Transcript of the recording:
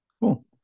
Cool